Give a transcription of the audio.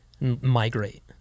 Migrate